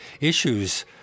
issues